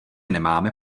nemáme